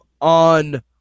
on